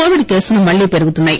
Covid కేసులు మళ్లీ పెరుగుతున్నాయి